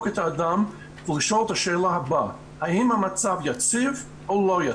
את האדם ולשאול את השאלה הבאה: 'האם המצב יציב או לא יציב'.